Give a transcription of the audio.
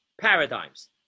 paradigms